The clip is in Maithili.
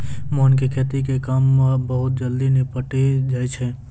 मोहन के खेती के काम बहुत जल्दी निपटी जाय छै